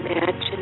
Imagine